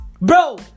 Bro